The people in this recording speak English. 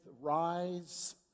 rise